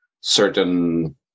certain